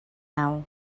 now